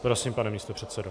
Prosím, pane místopředsedo.